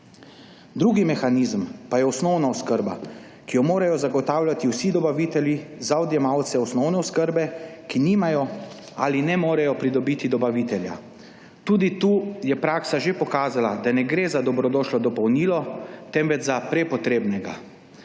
Drugi mehanizem pa je osnovna oskrba, ki jo morajo zagotavljati vsi dobavitelji za odjemalce osnovne oskrbe, ki nimajo ali ne morejo pridobiti dobavitelja. Tudi tu je praksa že pokazala, da ne gre za dobrodošlo dopolnilo, temveč za prepotrebnega.